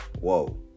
Whoa